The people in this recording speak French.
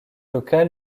local